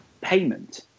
payment